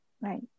Right